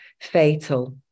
fatal